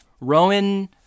Rowan